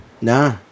Nah